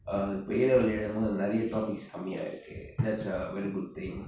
uh இப்போ:ippo A level எழுதும்போது நிரைய:eluthumbothu niraya topics கம்மியா இருக்கு:kammiyaa irukku that's a very good thing